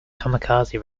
kamikaze